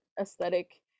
aesthetic